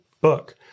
book